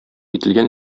ителгән